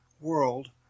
world